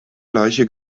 leiche